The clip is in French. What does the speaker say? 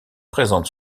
présentes